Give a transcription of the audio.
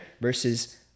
versus